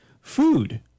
food